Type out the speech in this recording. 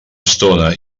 estona